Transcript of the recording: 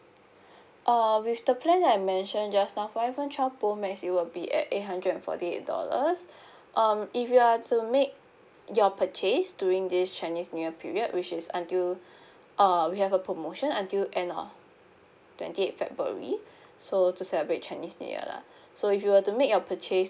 uh with the plan that I mentioned just now for iphone twelve pro max it will be at eight hundred and forty eight dollars um if you are to make your purchase during this chinese new year period which is until uh we have a promotion until end of twenty eighth february so to celebrate chinese new year lah so if you were to make your purchase